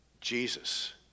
Jesus